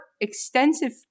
extensive